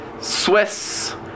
Swiss